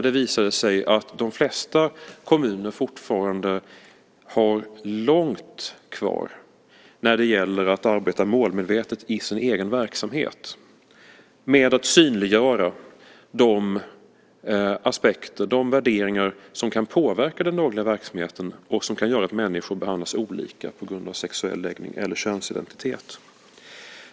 Det visade sig där att de flesta kommuner fortfarande har långt kvar när det gäller att arbeta målmedvetet i sin egen verksamhet med att synliggöra de aspekter och de värderingar som kan påverka den dagliga verksamheten och som kan göra att människor behandlas olika på grund av sexuell läggning eller könsidentitet.